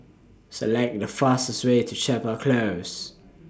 Select The fastest Way to Chapel Close